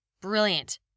Brilliant